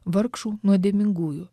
vargšų nuodėmingųjų